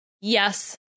yes